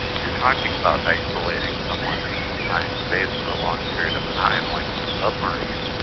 if you're talking about isolating someone in a confined space for a long period of time, like in a submarine,